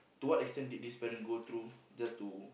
to what extent did this parent go through just to